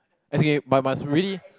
as in but must really